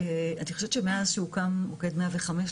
אני חושבת שמאז שהוקם מוקד 105,